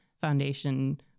foundation